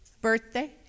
Birthday